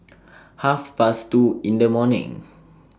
Half Past two in The morning